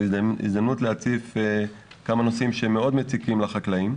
זו הזדמנות להציף כמה נושאים שמאוד מציקים לחקלאים.